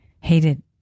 Hated